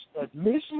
admission